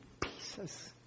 pieces